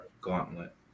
Gauntlet